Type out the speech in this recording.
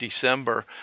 December